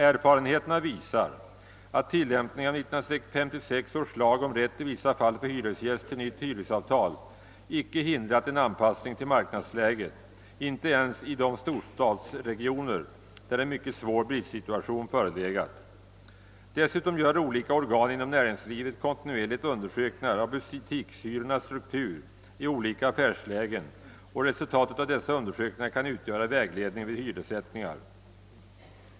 Erfarenheterna visar att tilllämpningen av 1956 års lag om rätt i vissa fall för hyresgäst till nytt hyresavtal icke hindrat en anpassning till marknadsläget, inte ens i de storstadsregioner där en mycket svår bristsituation förelegat. Dessutom gör olika organ inom näringslivet kontinuerligt undersökningar av butikshyrornas struktur i olika affärslägen, och resultatet av dessa undersökningar kan utgöra vägledning vid hyressättningar.